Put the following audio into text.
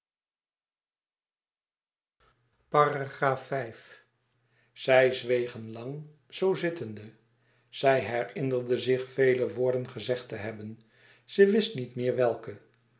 zij zwegen lang zoo zittende zij herinnerde zich vele woorden gezegd te hebben ze wist niet meer welke